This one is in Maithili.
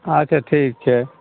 अच्छा ठीक छै